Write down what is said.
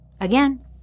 again